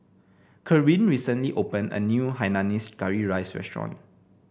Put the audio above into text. Karin recently opened a new Hainanese Curry Rice restaurant